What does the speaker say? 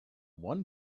one